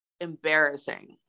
embarrassing